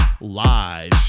Live